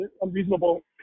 unreasonable